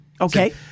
Okay